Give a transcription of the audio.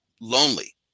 lonely